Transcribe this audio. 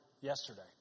yesterday